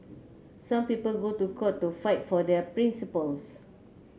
some people go to court to fight for their principles